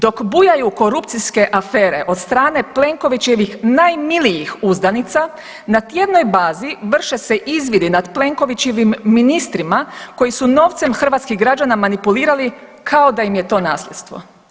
Dok bujaju korupcijske afere od strane Plenkovićevih najmilijih uzdanica, na tjednoj bazi vrše se izvidi nad Plenkovićevim ministrima koji su novcem hrvatskih građana manipulirali kao da im je to nasljedstvo.